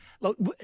look